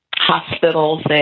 Hospitals